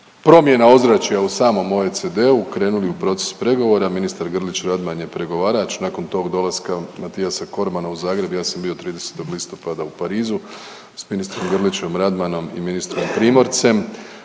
promjena ozračja u samom OECD-u krenuli u proces pregovora. Ministar Grlić-Radman je pregovarač. Nakon tog dolaska Matiasa Kormana u Zagreb ja sam bio 30. listopada u Parizu sa ministrom Grlić-Radmanom i ministrom Primorcem.